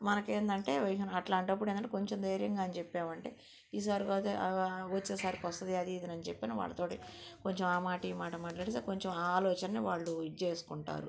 మనకి ఏంటంటే అట్లాంటప్పుడు ఏంటంటే కొంచెం ధైర్యంగాని చెప్పామంటే ఈసారి కాదు వచ్చేసరికి వస్తుంది అది ఇది అని చెప్పి వాళ్ళతో కొంచెం ఆ మాట ఈ మాట మాట్లాడేసి కొంచెం ఆ ఆలోచనని వాళ్ళు ఇది చేసుకుంటారు